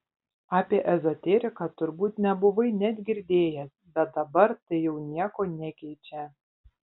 apie ezoteriką turbūt nebuvai net girdėjęs bet dabar tai jau nieko nekeičia